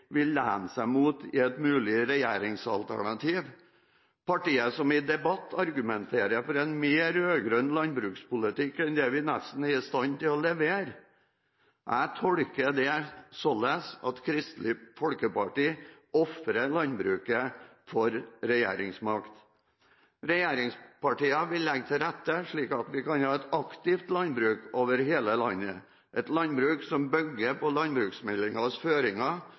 seg mot i et mulig regjeringsalternativ – partiet som i debatt argumenterer for en mer rød-grønn landbrukspolitikk enn det vi nesten er i stand til å levere! Jeg tolker dette slik at Kristelig Folkeparti ofrer landbruket for regjeringsmakt. Regjeringspartiene vil legge til rette for at vi kan ha et aktivt landbruk over hele landet, et landbruk som bygger på landbruksmeldingens føringer.